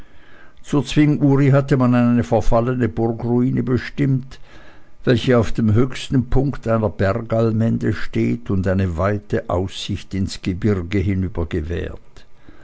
zur zwinguri hatte man eine verfallene burgruine bestimmt welche auf dem höchsten punkte einer bergallmende steht und eine weite aussicht ins gebirge hinüber gewährt